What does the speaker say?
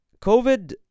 covid